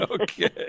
Okay